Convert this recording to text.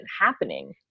happening